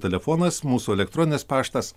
telefonas mūsų elektroninis paštas